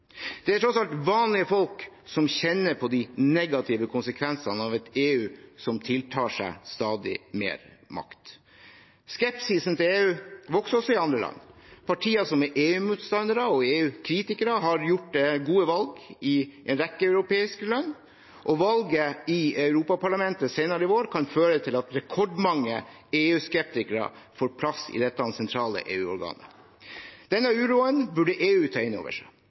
Det er tross alt vanlige folk som kjenner på de negative konsekvensene av et EU som tar til seg stadig mer makt. Skepsisen mot EU vokser også i andre land. Partier som er EU-motstandere og EU-kritikere, har gjort gode valg i en rekke europeiske land, og valget i Europaparlamentet senere i vår kan føre til at rekordmange EU-skeptikere får plass i dette sentrale EU-organet. Denne uroen bør EU ta inn over seg.